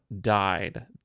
died